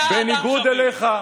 בניגוד אליך,